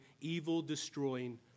evil-destroying